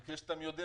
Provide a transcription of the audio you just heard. כי כפי שאתם יודעים,